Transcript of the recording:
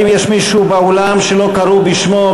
האם יש מישהו באולם שלא קראו בשמו,